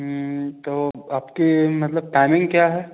तो आपकी मतलब टाइमिंग क्या है